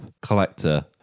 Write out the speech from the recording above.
collector